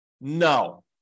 No